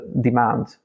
demand